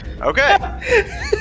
okay